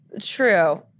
True